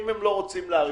אם הם לא רוצים להאריך,